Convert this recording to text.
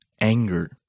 ANGER